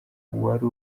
wari